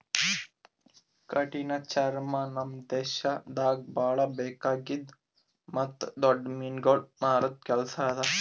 ಕಠಿಣ ಚರ್ಮ ನಮ್ ದೇಶದಾಗ್ ಭಾಳ ಬೇಕಾಗಿದ್ದು ಮತ್ತ್ ದೊಡ್ಡ ಮೀನುಗೊಳ್ ಮಾರದ್ ಕೆಲಸ ಅದಾ